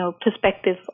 perspective